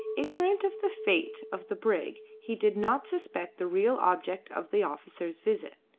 ignorant of the fate of the brig he did not suspect the real object of the officer's visit.